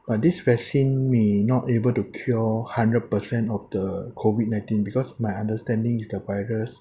but this vaccine may not able to cure hundred percent of the COVID nineteen because my understanding is the virus